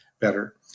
better